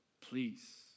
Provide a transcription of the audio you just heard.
Please